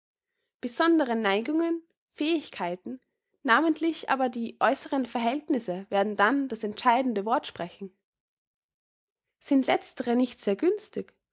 besondere neigungen fähigkeiten namentlich aber die äußeren verhältnisse werden dann das entscheidende wort sprechen sind letztere nicht sehr günstig